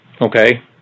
Okay